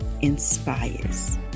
Inspires